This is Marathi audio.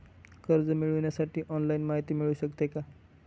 कर्ज मिळविण्यासाठी ऑनलाईन माहिती मिळू शकते का?